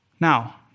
Now